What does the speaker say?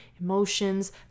emotions